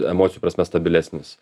emocijų prasme stabilesnis